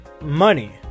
money